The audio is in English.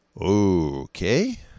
Okay